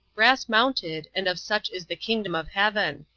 brass mounted and of such is the kingdom of heaven.